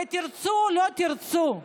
תרצו או לא תרצו,